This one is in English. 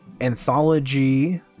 anthology